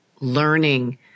learning